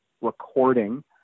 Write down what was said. recording